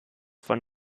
von